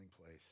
place